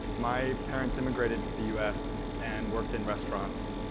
my parents immigrated to the us and worked in restaurants.